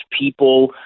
people